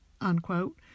unquote